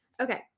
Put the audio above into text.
Okay